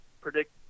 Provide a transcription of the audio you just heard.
predict